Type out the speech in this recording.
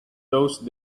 those